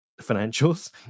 financials